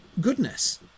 goodness